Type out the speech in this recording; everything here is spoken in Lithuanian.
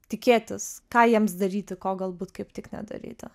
tikėtis ką jiems daryti ko galbūt kaip tik nedaryti